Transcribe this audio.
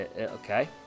okay